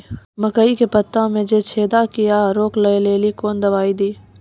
मकई के पता मे जे छेदा क्या रोक ले ली कौन दवाई दी?